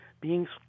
beings